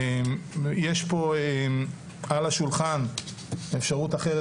יש פה על השולחן אפשרות אחרת,